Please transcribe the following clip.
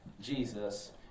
Jesus